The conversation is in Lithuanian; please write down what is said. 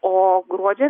o gruodžio